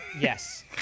yes